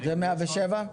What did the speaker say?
זה 107?